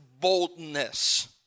boldness